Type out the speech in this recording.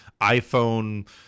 iphone